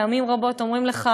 פעמים רבות אומרים לך: